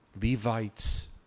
Levites